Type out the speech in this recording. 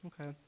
Okay